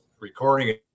recording